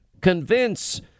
convince